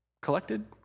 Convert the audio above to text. collected